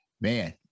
man